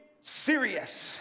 serious